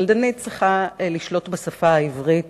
קלדנית צריכה לשלוט בשפה העברית,